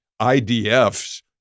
IDF's